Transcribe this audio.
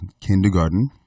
kindergarten